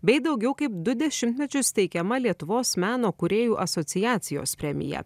bei daugiau kaip du dešimtmečius teikiama lietuvos meno kūrėjų asociacijos premiją